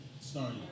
started